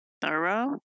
thorough